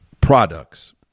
products